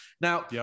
Now